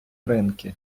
ринки